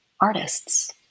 artists